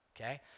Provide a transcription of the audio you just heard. okay